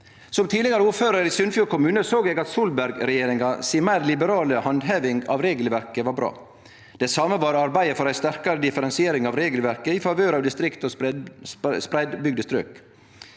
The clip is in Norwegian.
Som tidlegare ordførar i Sunnfjord kommune såg eg at Solberg-regjeringa si meir liberale handheving av regelverket var bra. Det same var arbeidet for ei sterkare differensiering av regelverket i favør av distrikt og spreiddbygde strøk.